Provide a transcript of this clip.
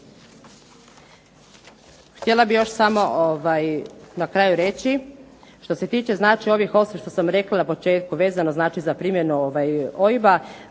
htjela bih još samo na kraju reći, što se tiče ovih 8 što sam rekla na početku vezano za primjenu OIB-a